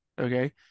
okay